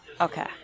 okay